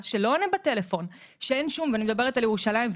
שלא עונה בטלפון אני מדברת על ירושלים,